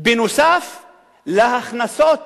נוסף על ההכנסות